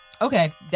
Okay